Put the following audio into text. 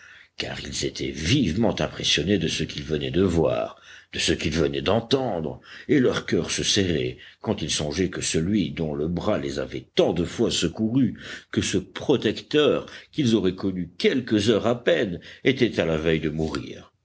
car ils étaient vivement impressionnés de ce qu'ils venaient de voir de ce qu'ils venaient d'entendre et leur coeur se serrait quand ils songeaient que celui dont le bras les avait tant de fois secourus que ce protecteur qu'ils auraient connu quelques heures à peine était à la veille de mourir